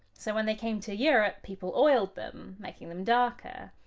so when they came to europe, people oiled them, making them darker.